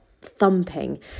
thumping